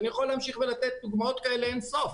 ואני יכול להמשיך ולתת דוגמאות כאלה אין סוף.